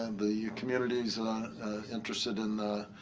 and the community is interested in